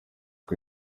uko